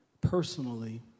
personally